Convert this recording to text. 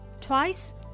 Twice